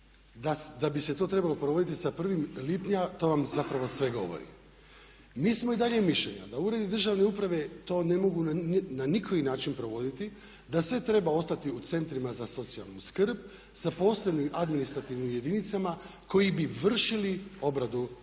da bi se to trebalo provoditi sa 1. lipnja to vam zapravo sve govori. Mi smo i dalje mišljenja da uredi državne uprave to ne mogu na nikakav način provoditi, da sve treba ostati u centrima za socijalnu skrb sa posebnim administrativnim jedinicama koji bi vršili obradu